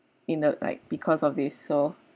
in the like because of this so